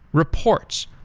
reports,